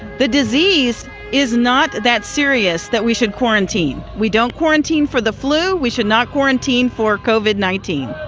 the disease is not that serious that we should quarantine. we don't quarantine for the flu. we should not quarantine for cauvin nineteen.